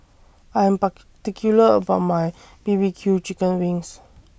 I Am particular about My B B Q Chicken Wings